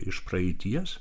iš praeities